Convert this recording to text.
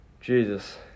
Jesus